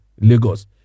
Lagos